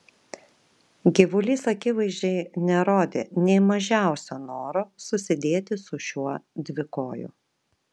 gyvulys akivaizdžiai nerodė nė mažiausio noro susidėti su šiuo dvikoju